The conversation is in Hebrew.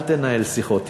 אל תנהל שיחות,